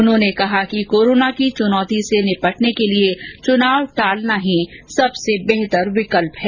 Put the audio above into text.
उन्होंने कहा कि कोरोना की चुनौती से निपटने के लिए चुनाव टालना ही सबसे बेहतर विकल्प है